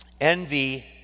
envy